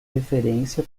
referência